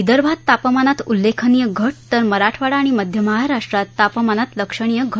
विदर्भात तापमानात उल्लेखनीय घट तर मराठवाडा आणि मध्य महाराष्ट्रात तापमानात लक्षणीय घट झाली आहे